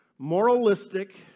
Moralistic